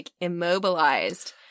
immobilized